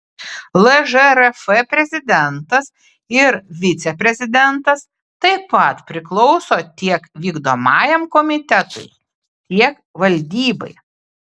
lžrf prezidentas ir viceprezidentas taip pat priklauso tiek vykdomajam komitetui tiek valdybai